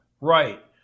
Right